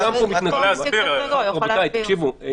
רבותיי, תקשיבו.